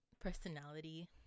personality